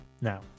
now